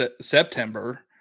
September